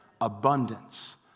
Abundance